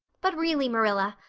but really, marilla,